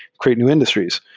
create new industries.